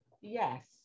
yes